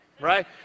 right